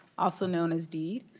also known as deed.